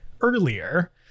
earlier